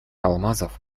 алмазов